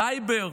סייבר.